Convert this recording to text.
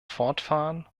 fortfahren